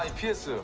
ah p s?